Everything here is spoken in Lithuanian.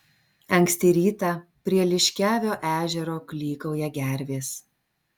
anksti rytą prie liškiavio ežero klykauja gervės